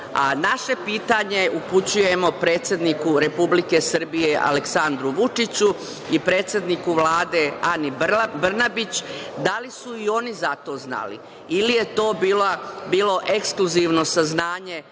Hagu. Naše pitanje upućujemo predsedniku Republike Srbije Aleksandru Vučiću i predsedniku Vlade Ani Brnabić - da li su i oni za to znali ili je to bilo ekskluzivno saznanje